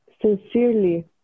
sincerely